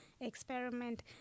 experiment